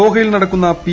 ദോഹയിൽ നടക്കുന്ന പി